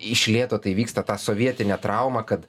iš lėto tai vyksta tą sovietinę traumą kad